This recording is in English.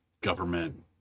government